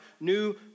new